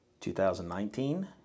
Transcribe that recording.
2019